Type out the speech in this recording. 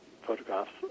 photographs